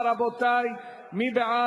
רבותי, מי בעד?